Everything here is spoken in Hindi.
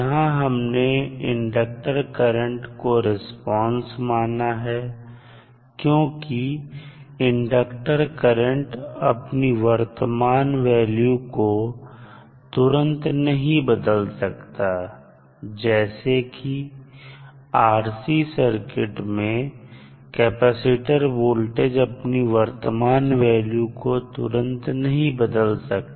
यहां हमने इंडक्टर करंट को रिस्पांस माना है क्योंकि इंडक्टर करंट अपनी वर्तमान वैल्यू को तुरंत नहीं बदल सकता जैसे की RC सर्किट में कैपेसिटर वोल्टेज अपनी वर्तमान वैल्यू को तुरंत नहीं बदल सकता